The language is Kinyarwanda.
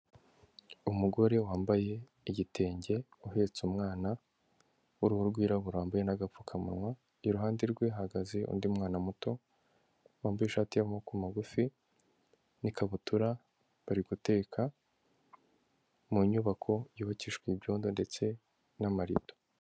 Umugore wambaye igitenge, uhetse umwana, w'uruhu rwiraburaye wambaye n'agapfukamunwa, iruhande rwe hahagaze undi mwana muto wambaye ishati y'amaboko magufi, n'ikabutura bari guteka, mu nyubako yubakijwe ibyondo ndetse n'amarido.